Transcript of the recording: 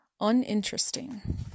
uninteresting